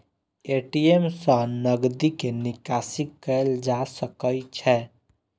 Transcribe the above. ATM सं नकदी के निकासी कैल जा सकै छै